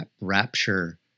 rapture